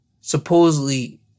supposedly